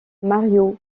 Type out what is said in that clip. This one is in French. mario